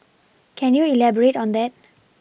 can you elaborate on that